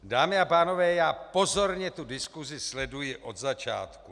Dámy a pánové, já pozorně tu diskusi sleduji od začátku.